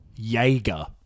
Jaeger